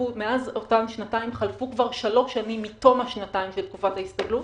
אותן שנתיים חלפו כבר שלוש שנים מתום השנתיים של תקופת ההסתגלות.